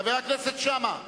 חבר הכנסת שאמה,